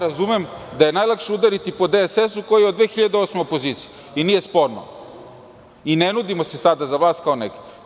Razumem da je najlakše udariti po DSS, koji je od 2008. godine opozicija i nije sporno i ne nudimo se sada za vlast kao nekada.